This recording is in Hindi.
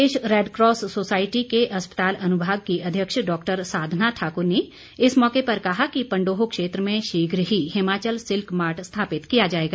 प्रदेश रेडक्रॉस सोसायटी के अस्पताल अनुभाग की अध्यक्ष डॉक्टर साधना ठाकर ने इस मौके पर कहा कि पंडोह क्षेत्र में शीघ्र ही हिमाचल सिल्क मार्ट स्थापित किया जाएगा